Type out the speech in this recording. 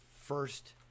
first